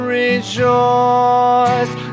rejoice